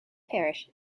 parish